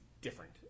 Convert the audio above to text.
different